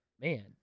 man